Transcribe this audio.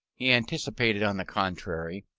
he anticipated, on the contrary,